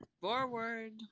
Forward